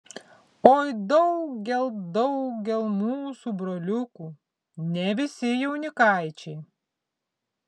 oi daugel daugel mūsų broliukų ne visi jaunikaičiai